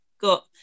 got